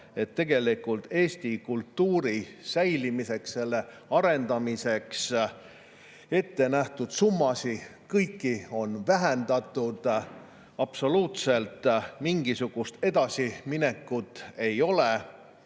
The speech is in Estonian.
et kõiki eesti kultuuri säilimiseks ja selle arendamiseks ettenähtud summasid on vähendatud. Absoluutselt mitte mingisugust edasiminekut ei ole.